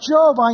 Job